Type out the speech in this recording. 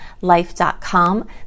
life.com